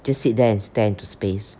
just sit there and stare into space